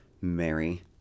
Mary